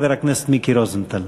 חבר הכנסת מיקי רוזנטל.